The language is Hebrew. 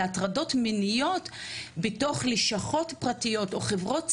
על הטרדות מיניות בתוך לשכות פרטיות או חברות סיעוד,